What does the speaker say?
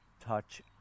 touch